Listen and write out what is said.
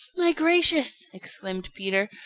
my gracious! exclaimed peter.